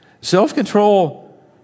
Self-control